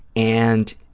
and,